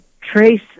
trace